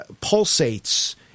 pulsates